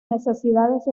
necesidades